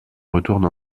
retourne